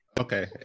Okay